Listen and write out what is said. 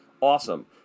awesome